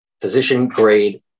physician-grade